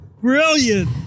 brilliant